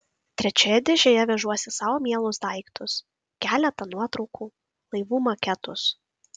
trečioje dėžėje vežuosi sau mielus daiktus keletą nuotraukų laivų maketus